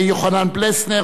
יוחנן פלסנר,